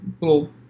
little